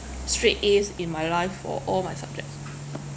straight A's in my life for all my subjects